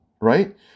right